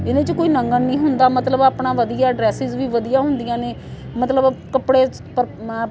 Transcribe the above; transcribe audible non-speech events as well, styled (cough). ਇਹਦੇ 'ਚ ਕੋਈ ਨੰਗਨ ਨਹੀਂ ਹੁੰਦਾ ਮਤਲਬ ਆਪਣਾ ਵਧੀਆ ਡਰੈਸ ਵੀ ਵਧੀਆ ਹੁੰਦੀਆਂ ਨੇ ਮਤਲਬ ਕੱਪੜੇ (unintelligible)